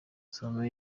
soma